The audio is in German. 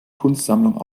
kunstsammlung